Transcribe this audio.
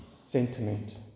sentiment